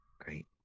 Great